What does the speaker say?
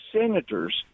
senators